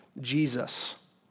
Jesus